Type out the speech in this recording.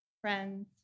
friends